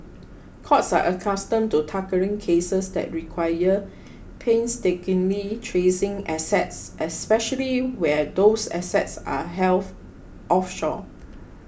courts are accustomed to tackling cases that require painstakingly tracing assets especially where those assets are elf offshore